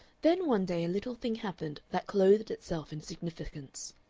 then one day a little thing happened that clothed itself in significance.